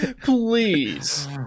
please